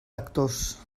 lectors